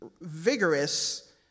vigorous